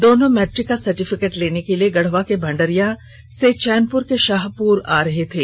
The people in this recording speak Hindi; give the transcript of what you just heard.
दोनों मैट्रिक का सर्टिफिकेट लेने के लिए गढ़वा के भंडरिया से चैनपुर के शाहपुर आ रहे थे